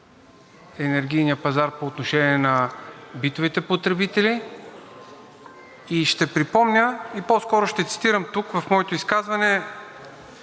енергийния пазар по отношение на битовите потребители. Ще припомня и по-скоро ще цитирам тук, в моето изказване,